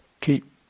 keep